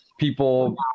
People